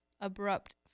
abrupt